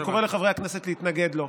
אני קורא לחברי הכנסת להתנגד לו.